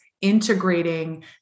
integrating